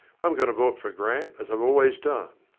i'm going to vote for grant as i've always done.